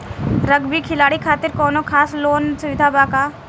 Rugby खिलाड़ी खातिर कौनो खास लोन सुविधा बा का?